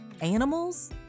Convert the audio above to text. animals